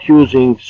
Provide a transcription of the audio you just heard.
using